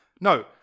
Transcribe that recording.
No